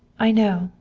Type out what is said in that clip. i know.